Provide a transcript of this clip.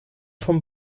von